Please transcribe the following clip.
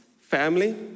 family